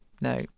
no